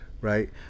right